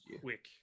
quick